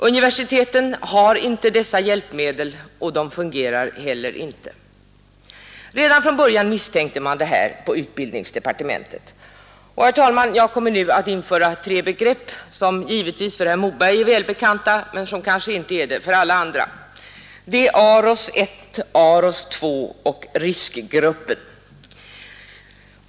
Universiteten har inte dessa hjälpmedel, och de fungerar heller inte. Redan från början misstänkte man detta i utbildningsdepartementet. Herr talman! Jag kommer nu att införa tre begrepp som givetvis för herr Moberg är väl bekanta men som kanske inte är det för alla andra. Det är AROS I, AROS II och RISK-gruppen.